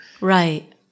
Right